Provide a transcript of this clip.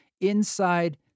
inside